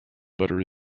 butter